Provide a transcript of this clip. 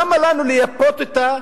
למה לנו לייפות אותה?